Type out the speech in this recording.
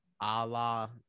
Allah